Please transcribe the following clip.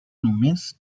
només